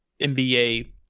NBA